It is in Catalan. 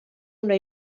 una